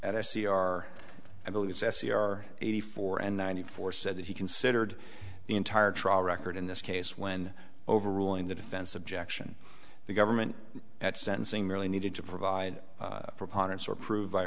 it's s e r eighty four and ninety four said that he considered the entire trial record in this case when overruling the defense objection the government at sentencing really needed to provide proponents or prove